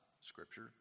Scripture